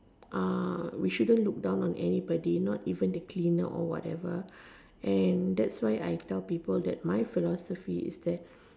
uh we shouldn't look down on anybody not even the cleaner or whatever and that's why I tell people that my philosophy is that